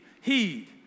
heed